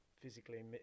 physically